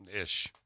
Ish